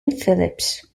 phillips